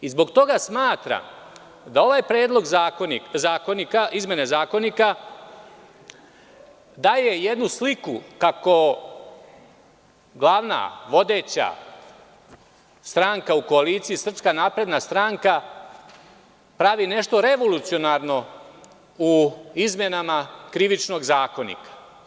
Zbog toga smatram da ovaj predlog izmene Zakonika daje jednu sliku, kako glavna vodeća stranka u koaliciji, SNS pravi nešto revolucionarno u izmenama Krivičnog zakonika.